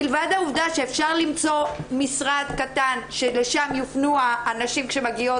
מלבד העובדה שאפשר למצוא משרד קטן שלשם יופנו הנשים כשמגיעות